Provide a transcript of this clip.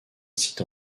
site